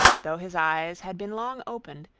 though his eyes had been long opened,